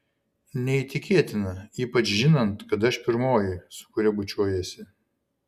neįtikėtina ypač žinant kad aš pirmoji su kuria bučiuojiesi